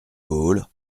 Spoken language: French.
gaulle